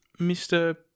Mr